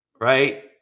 Right